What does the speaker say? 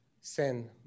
send